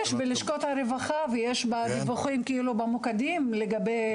יש בלשכות הרווחה ויש בדיווחים במוקדים לגבי